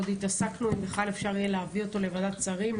עוד התעסקנו עם בכלל אפשר יהיה להביא אותו לוועדת שרים.